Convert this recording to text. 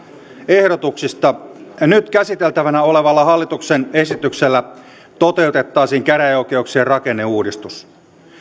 ehdotuksista nyt käsiteltävänä olevalla hallituksen esityksellä toteutettaisiin käräjäoikeuksien rakenneuudistus